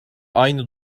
aynı